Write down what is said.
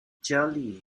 jolly